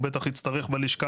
הוא בטח יצטרך בלשכה